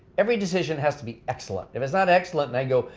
every decision has to be excellent. if it's not excellent and i go,